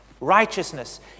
righteousness